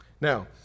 Now